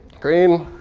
green